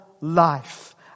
life